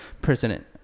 President